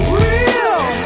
real